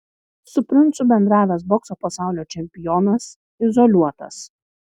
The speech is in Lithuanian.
su princu bendravęs bokso pasaulio čempionas izoliuotas